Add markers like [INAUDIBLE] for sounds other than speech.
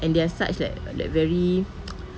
and they are such that like very [NOISE]